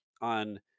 on